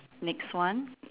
next one